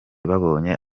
babonye